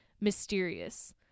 mysterious